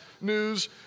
news